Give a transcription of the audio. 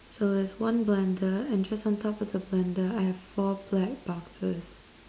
so there's one bundle and just on top of the bundle I have four black boxes